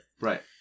Right